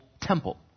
temple